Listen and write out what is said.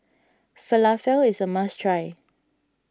Falafel is a must try